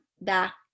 back